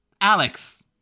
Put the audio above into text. Alex